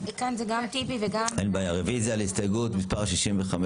על הסתייגות מספר 57?